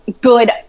good